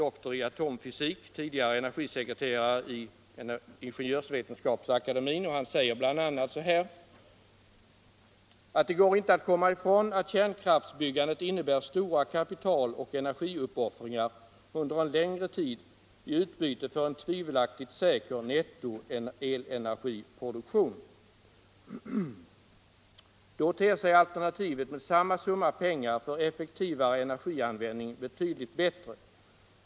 dr i atomfysik, tidigare energisekreterare i Ingenjörsvetenskapsakademien, bl.a. säger: ”Det går inte att komma ifrån att kärnkraftbyggandet innebär stora kapitaloch energiuppoffringar under en längre tid i utbyte för en tvivelaktigt säker nettoelenergiproduktion. Då ter sig alternativet med samma summa pengar för effektivare energianvändning betydligt bättre.